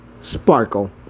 Sparkle